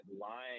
lying